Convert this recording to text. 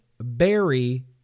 berry